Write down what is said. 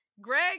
Greg